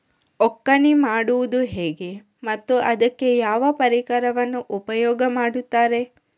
ಒಕ್ಕಣೆ ಮಾಡುವುದು ಹೇಗೆ ಮತ್ತು ಅದಕ್ಕೆ ಯಾವ ಪರಿಕರವನ್ನು ಉಪಯೋಗ ಮಾಡುತ್ತಾರೆ?